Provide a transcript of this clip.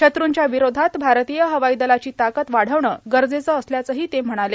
शत्रूंच्या विरोधात भारतीय हवाई दलाची ताकद वाढवणं गरजेचं असल्याचंही ते म्हणाले